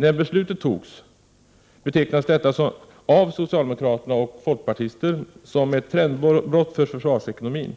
När beslutet fattades betecknades det av socialdemokrater och folkpartister som ett trendbrott för försvarsekonomin.